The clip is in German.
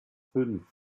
fünf